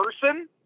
person